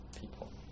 people